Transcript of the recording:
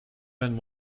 than